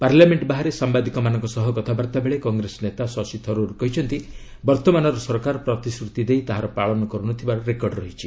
parliament ବାହାରେ ସାମ୍ଘାଦିକମାନଙ୍କ ସହ କଥାବାର୍ତ୍ତା ବେଳେ କଂଗ୍ରେସ ନେତା ଶଶୀ ଥରୁର୍ କହିଛନ୍ତି ବର୍ତ୍ତମାନର ସରକାର ପ୍ରତିଶ୍ରତି ଦେଇ ତାହାର ପାଳନ କରୁନଥିବାର ରେକର୍ଡ ରହିଛି